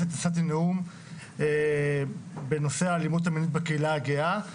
נשאתי נאום במליאת הכנסת בנושא האלימות המילולית בקהילה הגאה,